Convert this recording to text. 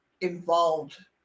involved